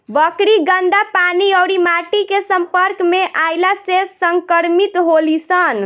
बकरी गन्दा पानी अउरी माटी के सम्पर्क में अईला से संक्रमित होली सन